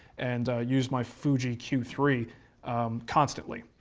and used my fuji q three constantly.